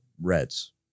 reds